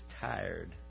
tired